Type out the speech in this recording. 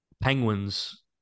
Penguins